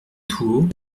tout